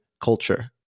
culture